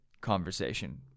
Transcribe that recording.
conversation